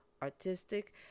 artistic